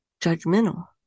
judgmental